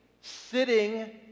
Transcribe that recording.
sitting